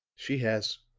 she has,